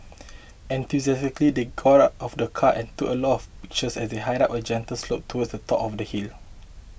enthusiastically they got out of the car and took a lot of pictures as they hiked up a gentle slope towards the top of the hill